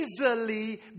easily